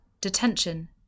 detention